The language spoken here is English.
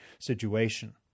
situation